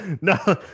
No